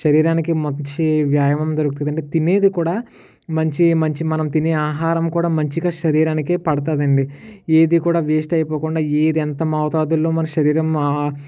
శరీరానికి మంచి వ్యాయామం దొరుకుతుంది అండి తినేది కూడా మంచి మంచి మనం తినే ఆహారం కూడా మంచిగా శరీరానికి పడుతుంది అండి ఏది కూడా వేస్ట్ అయిపోకుండా ఏది ఎంత మోతాదుల్లో మన శరీరం